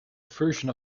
version